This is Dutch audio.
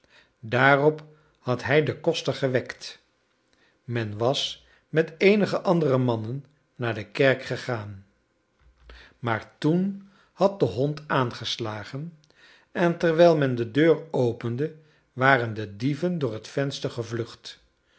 daarop had hij den koster gewekt men was met eenige andere mannen naar de kerk gegaan maar toen had de hond aangeslagen en terwijl men de deur opende waren de dieven door het venster gevlucht